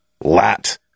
lat